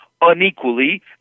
unequally